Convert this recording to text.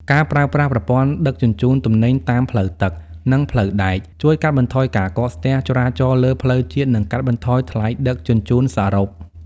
ការប្រើប្រាស់ប្រព័ន្ធដឹកជញ្ជូនទំនិញតាមផ្លូវទឹក និងផ្លូវដែក ជួយកាត់បន្ថយការកកស្ទះចរាចរណ៍លើផ្លូវជាតិ និងកាត់បន្ថយថ្លៃដឹកជញ្ជូនសរុប។